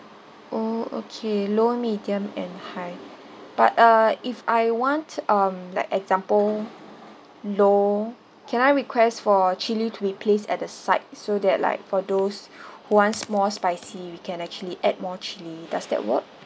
oh okay low medium and high but uh if I want um like example no can I request for chili to be placed at the side so that like for those who want more spicy we can actually add more chili does that work